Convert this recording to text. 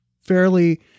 fairly